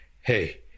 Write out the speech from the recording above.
hey